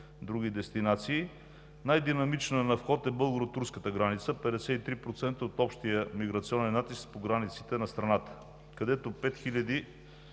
други дестинации. Най-динамична на вход е българо турската граница – 53% от общия миграционен натиск по границите на страната, където 5311